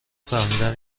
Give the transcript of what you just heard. فهمیدم